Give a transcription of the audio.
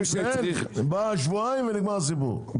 שבועיים ונגמר הסיפור,